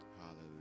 hallelujah